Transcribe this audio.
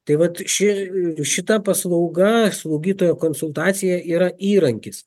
tai vat šir šita paslauga slaugytojo konsultacija yra įrankis